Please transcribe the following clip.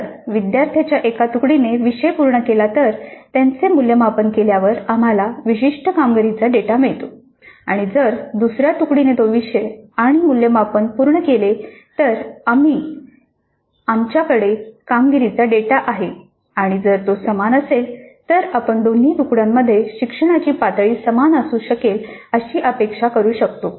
जर विद्यार्थ्यांच्या एका तुकडीने विषय पूर्ण केला तर त्यांचे मूल्यमापन केल्यावर आम्हाला विशिष्ट कामगिरीचा डेटा मिळतो आणि जर दुसऱ्या तुकडीने तो विषय आणि मूल्यमापन पूर्ण केले तर आणि आमच्याकडे कामगिरीचा डेटा आहे आणि जर तो समान असेल तर आपण दोन्ही तुकड्यांमध्ये शिक्षणाची पातळी समान असू शकेल अशी अपेक्षा करू शकतो